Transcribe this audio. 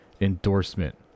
endorsement